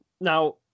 Now